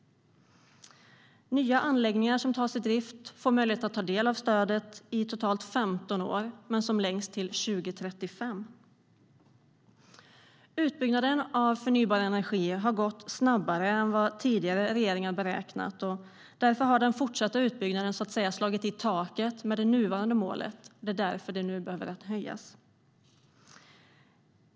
Nya anläggningar som tas i drift får möjlighet att ta del av stödet i totalt 15 år men som längst till 2035. Utbyggnaden av förnybar energi har gått snabbare än vad tidigare regeringar har beräknat. Därför har den fortsatta utbyggnaden så att säga slagit i taket med det nuvarande målet. Det är därför det nu behöver höjas.